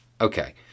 Okay